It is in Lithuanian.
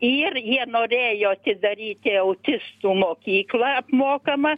ir jie norėjo atidaryti autistų mokyklą apmokamą